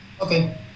Okay